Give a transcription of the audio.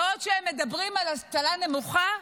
בעוד שהם מדברים על אבטלה נמוכה,